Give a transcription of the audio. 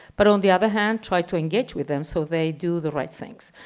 but on the other hand, try to engage with them so they do the right things.